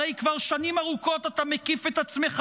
הרי כבר שנים ארוכות אתה מקיף את עצמך